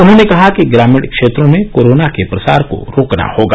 उन्होंने कहा कि ग्रामीण क्षेत्रों में कोरोना के प्रसार को रोकना होगा